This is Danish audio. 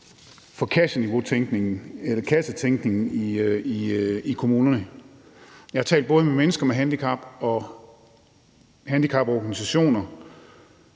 foreslår nye højder for kassetænkningen i kommunerne. Jeg har både talt med mennesker med handicap og handicaporganisationer,